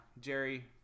Jerry